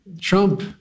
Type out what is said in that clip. Trump